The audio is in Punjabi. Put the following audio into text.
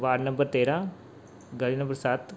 ਵਾਰਡ ਨੰਬਰ ਤੇਰ੍ਹਾਂ ਗਲੀ ਨੰਬਰ ਸੱਤ